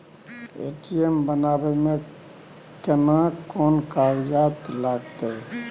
ATM बनाबै मे केना कोन कागजात लागतै?